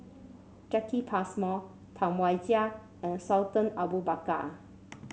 Jacki Passmore Tam Wai Jia and Sultan Abu Bakar